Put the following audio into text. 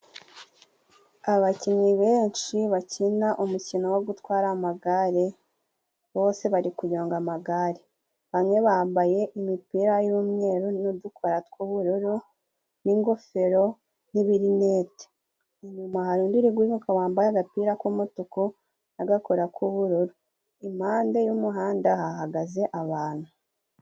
Abakinnyi benshi bakina umukino wo gutwara amagare bose bari kunyonga amagare bamwe bambaye imipira y'umweru n'udukora tw'ubururu n'ingofero n'birinete inyuma hari undi uri gufunguka wambaye agapira k'umutuku na gakora k'ubururu. Impande y'umuhanda hahagaze abantu.